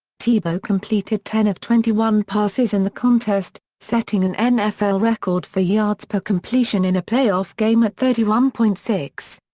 tebow completed ten of twenty one passes in the contest, setting an nfl record for yards per completion in a playoff game at thirty one point six.